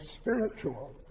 spiritual